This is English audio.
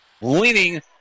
leaning